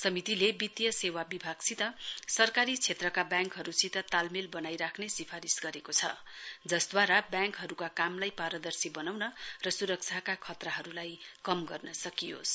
समितिले वित्तिय सेवा विभागसित सरकारी क्षेत्रका व्याङ्कहरूसित तालमेल बनाईराख्ने सिफारिस गरेको छ जसद्वारा ब्याङ्कहरूका कामलाई पारदर्शी बनाउन र सुरक्षाका खतराहरूलाई कम गर्न सकिनेछ